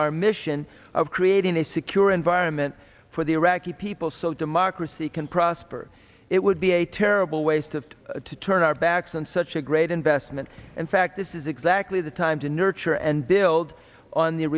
our mission of creating a secure environment for the iraqi people so democracy can prosper it would be a terrible waste of time to turn our backs on such a great investment in fact this is exactly the time to nurture and build on the